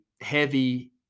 heavy